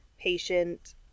patient